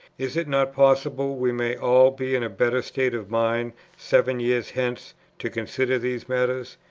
is it not possible we may all be in a better state of mind seven years hence to consider these matters?